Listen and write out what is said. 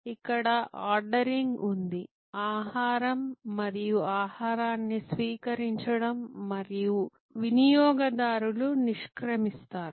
ఇక్కడ ఆర్డరింగ్ ఉంది ఆహారం మరియు ఆహారాన్ని స్వీకరించడం మరియు వినియోగదారులు నిష్క్రమిస్తారు